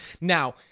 Now